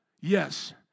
Yes